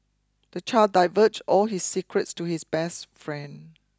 the child diverged all his secrets to his best friend